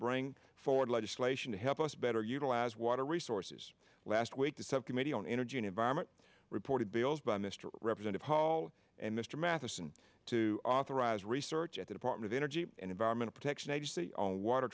bring forward legislation to help us better utilize water resources last week the subcommittee on energy and environment reported old by mr represented hall and mr matheson to authorize research at the department of energy and environmental protection agency on water